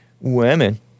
Women